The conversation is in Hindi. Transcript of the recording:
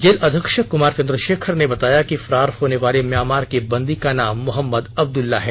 जेल अधीक्षक कमार चंद्रशेखर ने बताया कि फरार होने वाले म्यांमार के बंदी का नाम मोहम्मद अब्दल्ला है